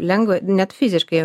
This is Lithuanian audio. lengva net fiziškai